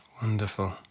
Wonderful